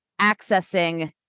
accessing